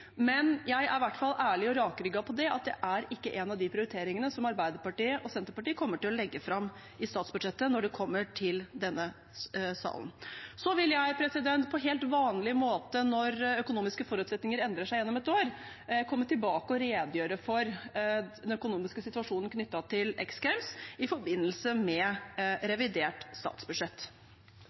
men jeg er i hvert fall ærlig og rakrygget på at det ikke er en av de prioriteringene Arbeiderpartiet og Senterpartiet kommer til å legge fram i statsbudsjettet når det kommer til denne salen. Så vil jeg på helt vanlig måte når økonomiske forutsetninger endrer seg gjennom et år, komme tilbake og redegjøre for den økonomiske situasjonen knyttet til X Games i forbindelse med revidert statsbudsjett.